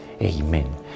Amen